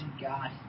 God